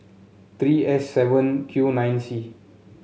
three S seven Q nine C